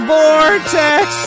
Vortex